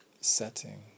setting